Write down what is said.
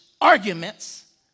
arguments